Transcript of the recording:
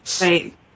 Right